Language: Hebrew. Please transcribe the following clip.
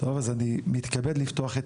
אז אני מתכבד לפתוח את